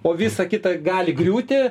o visa kita gali griūti